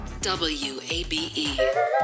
WABE